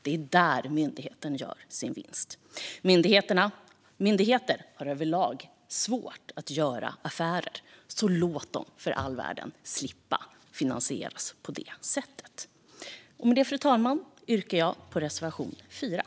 Det är där myndigheten gör sin vinst. Men myndigheter har överlag svårt att göra affärer, så låt dem för allt i världen slippa finansieras på det sättet! Jag yrkar bifall till reservation 4.